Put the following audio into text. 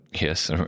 yes